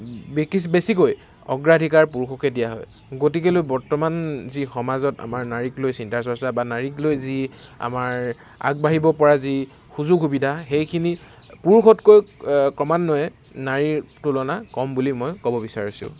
বেছিকৈ অগ্ৰাধিকাৰ পুৰুষকে দিয়া হয় গতিকেলৈ বৰ্তমান যি সমাজত আমাৰ নাৰীক লৈ চিন্তা চৰ্চা বা নাৰীক লৈ যি আমাৰ আগবাঢ়িব পৰা যি সুযোগ সুবিধা সেইখিনি পুৰুষতকৈ ক্ৰমান্বয়ে নাৰীৰ তুলনা কম বুলি মই ক'ব বিচাৰিছোঁ